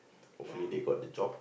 hopefully they got the job